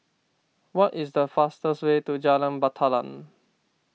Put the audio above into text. what is the fastest way to Jalan Batalong